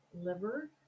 liver